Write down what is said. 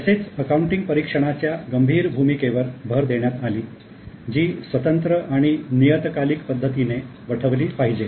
तसेच अकाउंटिंग परिक्षणाच्या गंभीर भूमिकेवर भर देण्यात आली जी स्वतंत्र आणि नियतकालिक पद्धतीने वठवली पाहिजे